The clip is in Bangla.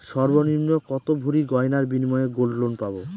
সর্বনিম্ন কত ভরি গয়নার বিনিময়ে গোল্ড লোন পাব?